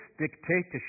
dictatorship